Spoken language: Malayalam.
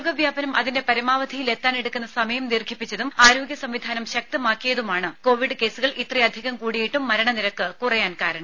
രോഗവ്യാപനം അതിന്റെ പരമാവധിയിൽ എത്താൻ എടുക്കുന്ന സമയം ദീർഘിപ്പിച്ചതും ആരോഗ്യ സംവിധാനം ശക്തമാക്കിയതുമാണ് കോവിഡ് കേസുകൾ ഇത്രയധികം കൂടിയിട്ടും മരണ നിരക്ക് കുറയാൻ കാരണം